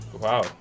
Wow